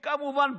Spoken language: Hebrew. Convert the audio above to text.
כמובן,